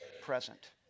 present